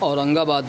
اورنگ آباد